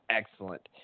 excellent